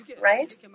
right